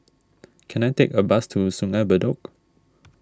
can I take a bus to Sungei Bedok